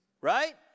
right